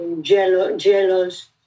jealous